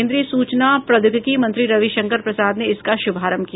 केन्द्रीय सूचना प्रौद्योगिकी मंत्री रविशंकर प्रसाद ने इसका शुभारंभ किया